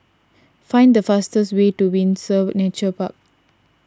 find the fastest way to Windsor Nature Park